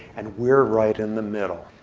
and we're right in the middle.